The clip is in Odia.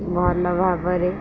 ଭଲ ଭାବରେ